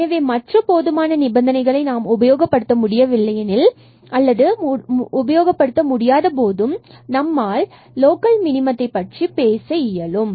எனவே மற்ற போதுமான நிபந்தனைகளை நாம் உபயோகப்படுத்த முடியவில்லையெனில் முடியாத போதும் நம்மால் லோக்கல் மினமத்தைlocal minimmum பற்றி பேச இயலும்